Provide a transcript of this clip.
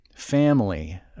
Family